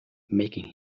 making